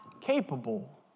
capable